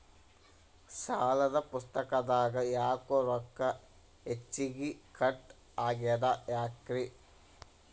ಸಾಲದ ಪುಸ್ತಕದಾಗ ಯಾಕೊ ರೊಕ್ಕ ಹೆಚ್ಚಿಗಿ ಕಟ್ ಆಗೆದ ಯಾಕ್ರಿ?